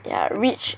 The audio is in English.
ya rich